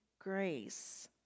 grace